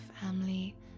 family